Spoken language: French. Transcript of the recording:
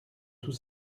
tout